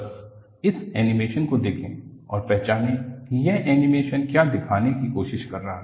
बस इस एनीमेशन को देखें और पहचानें कि यह एनीमेशन क्या दिखाने की कोशिश कर रहा है